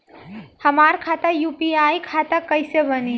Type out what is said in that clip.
हमार खाता यू.पी.आई खाता कईसे बनी?